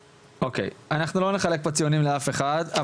אוקיי, אנחנו לא נחלק פה ציונים לאף אחד.